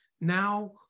now